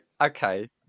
okay